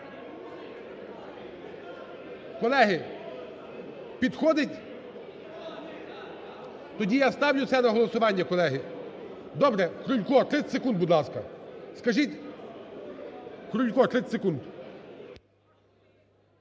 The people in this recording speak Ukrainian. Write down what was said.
Колеги, підходить? Тоді я ставлю це на голосування, колеги. Добре, Крулько 30 секунд, будь ласка. Крулько, 30 секунд.